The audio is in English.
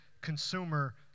consumer